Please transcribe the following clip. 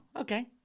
okay